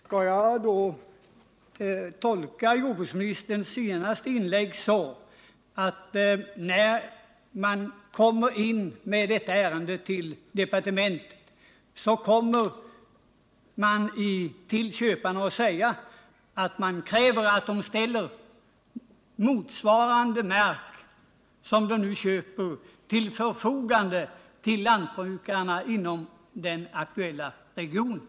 Herr talman! Skall jag då tolka jordbruksministerns senaste inlägg så, att när detta ärende kommer in till departementet kommer man där att säga till köparna att man kräver att de skall ställa motsvarande mark som den de köper till förfogande för lantbrukarna inom den aktuella regionen?